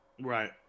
Right